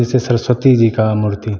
जैसे सरस्वती जी का मूर्ति